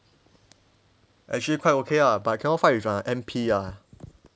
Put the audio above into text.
actually quite okay ah but cannot fight with the N_P ah